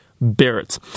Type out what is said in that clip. Barrett